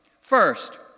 First